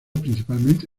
principalmente